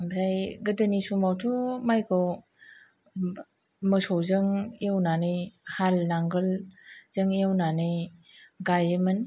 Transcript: ओमफ्राय गोदोनि समावथ' मायखौ मोसौजों एवनानै हाल नांगोलजों एवनानै गायोमोन